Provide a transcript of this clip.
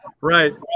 right